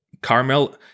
Carmel